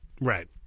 Right